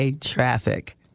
Traffic